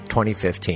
2015